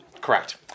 Correct